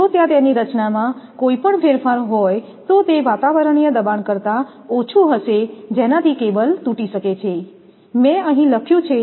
જો ત્યાં તેની રચનામાં કોઈપણ ફેરફાર હોય તો તે વાતાવરણીય દબાણ કરતા ઓછું હશે જેનાથી કેબલ તૂટી શકે છે મેં અહીં લખ્યું છે